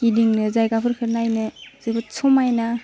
गिदिंनो जायगाफोरखौ नायनो जोबोद समायना